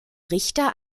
richter